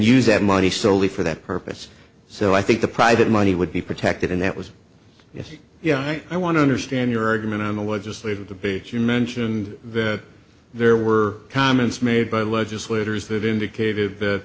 use that money solely for that purpose so i think the private money would be protected and that was just you know i want to understand your argument on the legislative debate you mentioned that there were comments made by legislators that indicated